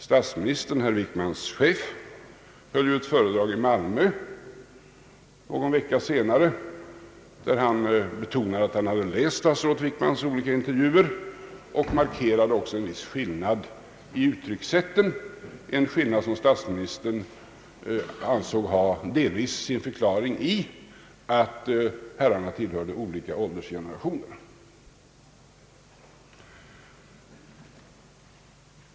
Statsministern — herr Wickmans chef — höll ett föredrag i Malmö någon vecka senare, där statsministern betonade att han hade läst statsrådet Wickmans olika intervjuer, och han markerade också en viss skillnad i uttryckssätten. Denna skillnad ansåg statsministern delvis ha sin förklaring i att herrarna i fråga om ålder tillhörde olika generationer.